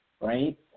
right